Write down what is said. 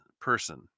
person